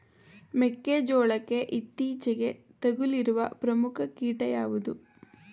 ಮೆಕ್ಕೆ ಜೋಳಕ್ಕೆ ಇತ್ತೀಚೆಗೆ ತಗುಲಿರುವ ಪ್ರಮುಖ ಕೀಟ ಯಾವುದು?